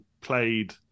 played